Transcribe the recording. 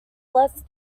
less